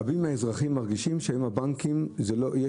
רבים מהאזרחים מרגישים היום שבבנקים יש